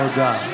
תודה,